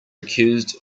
accused